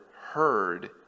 heard